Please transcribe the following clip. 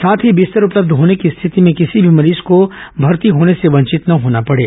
साथ ही बिस्तर उपलब्ध होने की स्थिति में किसी भी मरीज को भर्ती होने से वंचित न होना पड़े